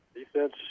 Defense